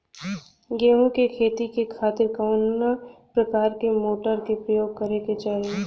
गेहूँ के खेती के खातिर कवना प्रकार के मोटर के प्रयोग करे के चाही?